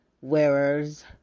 wearers